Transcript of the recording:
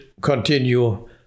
continue